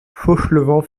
fauchelevent